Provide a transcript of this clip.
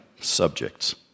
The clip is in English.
subjects